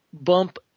bump